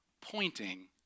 pointing